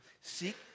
seek